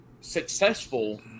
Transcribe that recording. successful